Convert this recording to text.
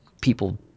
people